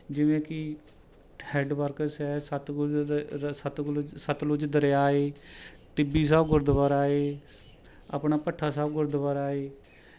ਜਿਵੇਂ ਕਿ head works ਹੈ ਸਤਲੁਜ ਦਰਿਆ ਹੈ ਟਿੱਬੀ ਸਾਹਿਬ ਗੁਰਦੁਆਰਾ ਹੈ ਆਪਣਾ ਭੱਠਾ ਸਾਹਿਬ ਗੁਰਦੁਆਰਾ ਹੈ